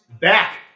Back